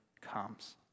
comes